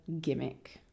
gimmick